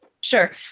Sure